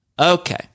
Okay